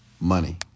Money